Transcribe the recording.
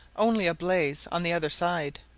only a blaze on the other side,